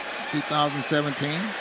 2017